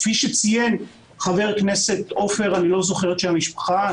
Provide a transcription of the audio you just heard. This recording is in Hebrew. כפי שציין חבר הכנסת עופר כסיף,